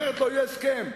אחרת לא יהיה הסכם,